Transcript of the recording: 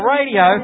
Radio